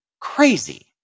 crazy